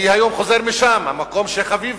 אני היום חוזר משם, המקום שחביב